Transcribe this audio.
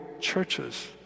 churches